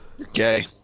Okay